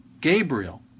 Gabriel